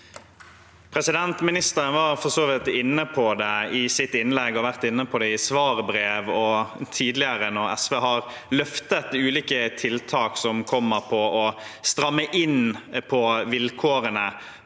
Mi- nisteren var for så vidt inne på det i sitt innlegg og har vært inne på det både i svarbrev og tidligere, når SV har løftet ulike tiltak som handler om å stramme inn på vilkårene